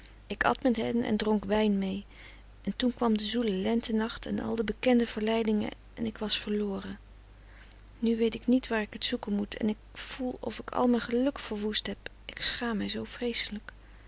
ik at met hen en dronk wijn mee en toen kwam de zoele lentenacht en al de bekende verleidingen en ik was verloren nu weet ik niet waar ik t zoeken moet en ik voel of ik al mijn geluk verwoest heb ik schaam mij zoo vreeselijk